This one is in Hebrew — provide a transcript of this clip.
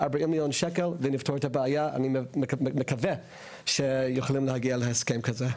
אני מקווה שיכולים להגיע להסכם כזה.